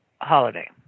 holiday